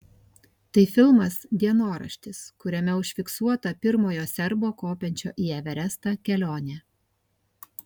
tai filmas dienoraštis kuriame užfiksuota pirmojo serbo kopiančio į everestą kelionė